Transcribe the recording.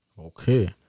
Okay